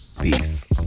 Peace